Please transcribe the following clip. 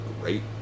Great